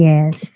Yes